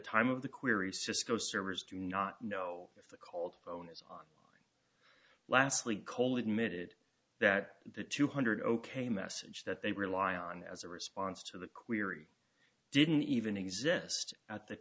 time of the query cisco servers do not know if the cold phone is on lastly cole admitted that the two hundred ok message that they rely on as a response to the query didn't even exist at th